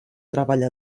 treball